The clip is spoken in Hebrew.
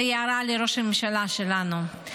זו הערה לראש הממשלה שלנו.